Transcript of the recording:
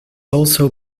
also